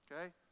Okay